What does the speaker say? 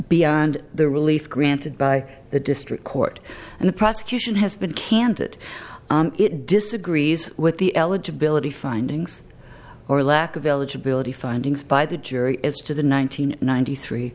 beyond the relief granted by the district court and the prosecution has been candid it disagrees with the eligibility findings or lack of eligibility findings by the jury as to the nine hundred ninety three